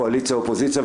אופוזיציה,